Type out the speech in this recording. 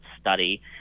study